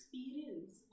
Experience